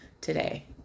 today